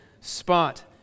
spot